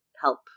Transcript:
help